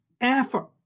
effort